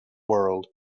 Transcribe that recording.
world